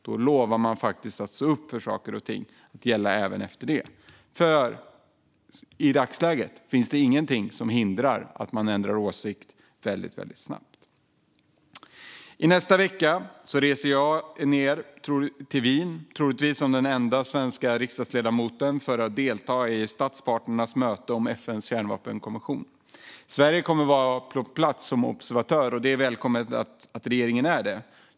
Jag hoppas att de kan se upp för detta och lova att saker och ting kommer att gälla även det, för i dagsläget finns det ingenting som hindrar att man ändrar åsikt väldigt snabbt. I nästa vecka reser jag, troligtvis som den enda svenska riksdagsledamoten, ned till Wien för delta i statspartnernas möte om FN:s kärnvapenkonvention. Sverige kommer att vara på plats som observatör, och det är välkommet att regeringen är det.